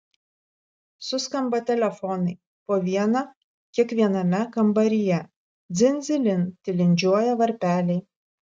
suskamba telefonai po vieną kiekviename kambaryje dzin dzilin tilindžiuoja varpeliai